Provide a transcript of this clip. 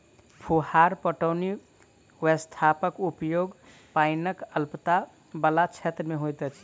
फुहार पटौनी व्यवस्थाक उपयोग पाइनक अल्पता बला क्षेत्र मे होइत अछि